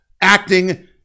acting